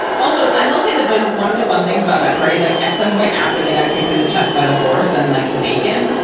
although i will say that then one of the fun things about that party is like at some point after they got kicked in the chest by the horse and like the bacon,